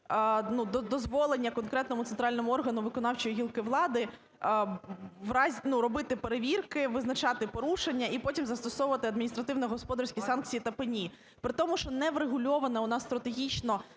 дозволення конкретному центральному органу виконавчої гілки влади робити перевірки, визначати порушення і потім застосовувати адміністративно-господарські санкції та пені при тому, що не врегульовано у нас стратегічно